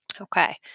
Okay